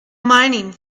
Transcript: mining